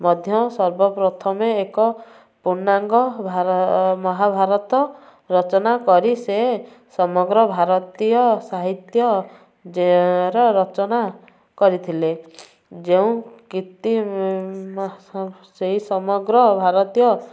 ମଧ୍ୟ ସର୍ବ ପ୍ରଥମେ ଏକ ପୂର୍ଣ୍ଣାଙ୍ଗ ଭାର ମହାଭାରତ ରଚନା କରି ସେ ସମଗ୍ର ଭାରତୀୟ ସାହିତ୍ୟ ଯେ ର ରଚନା କରିଥିଲେ ଯେଉଁ କୀର୍ତ୍ତି ସେହି ସମଗ୍ର ଭାରତୀୟ